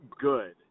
good